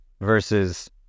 versus